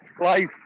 life